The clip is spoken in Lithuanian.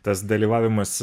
tas dalyvavimas